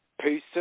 Peace